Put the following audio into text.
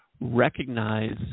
recognize